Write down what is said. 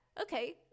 okay